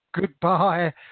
Goodbye